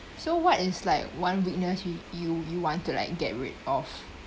so what is like one weakness you you you want to like get rid of